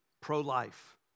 Pro-life